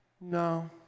No